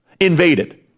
invaded